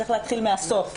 צריך להתחיל מן הסוף,